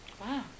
Wow